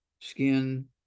skin